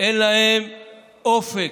אין להם אופק.